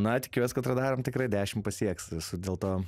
na tikiuos kad radaram tikrai dešimt pasieks esu dėl to